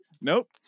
Nope